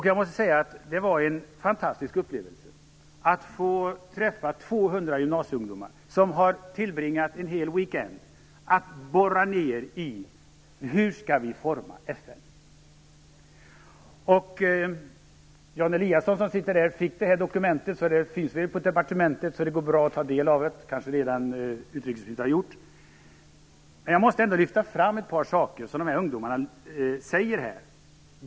Jag måste säga att det var en fantastisk upplevelse att få träffa 200 gymnasieungdomar som tillbringat en hel weekend med att borra sig in i frågan om hur vi skall forma FN. Jan Eliasson fick detta dokument, så det finns på departementet. Det går alltså bra att ta del av det, vilket utrikesministern kanske redan har gjort. Jag vill ändå lyfta fram ett par saker som ungdomarna säger i skriften.